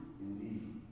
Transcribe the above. indeed